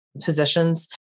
positions